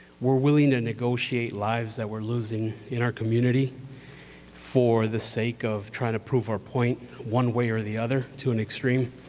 we're willing to negotiate lives that we're losing in our community for the sake of trying to prove our point one way or the other to an extreme.